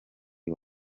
uyu